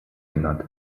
genannt